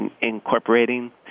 incorporating